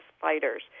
fighters